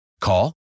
Call